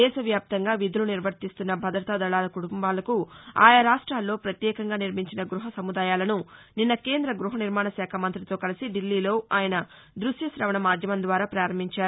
దేశవ్యాప్తంగా విధులు నిర్వర్తిస్తున్న భదతా దళాల కుటుంబాలకు ఆయా రాష్టాల్లో పత్యేకంగా నిర్మించిన గ్బహ సముదాయాలను నిన్న కేంద్ర గృహనిర్మాణశాఖ మంతితో కలిసి దిల్లీలో ఆయన దృశ్యశవణ మాధ్యమం ద్వారా ప్రారంభించారు